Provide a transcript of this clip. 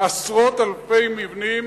עשרות אלפי מבנים,